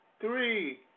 three